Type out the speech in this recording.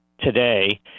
today